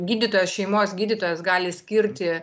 gydytojas šeimos gydytojas gali skirti